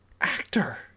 actor